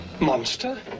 monster